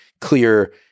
clear